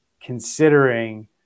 considering